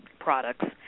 products